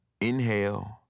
Inhale